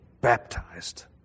baptized